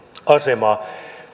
asemaa